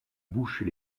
bouche